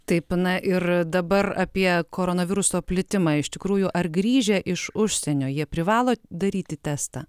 taip na ir dabar apie koronaviruso plitimą iš tikrųjų ar grįžę iš užsienio jie privalo daryti testą